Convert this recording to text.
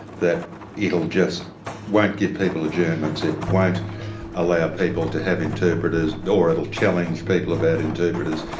that it'll just won't give people adjournments, it won't allow people to have interpreters or it'll challenge people about interpreters,